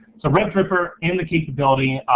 so regripper and the capability.